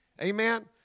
Amen